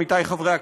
עמיתי חברי הכנסת,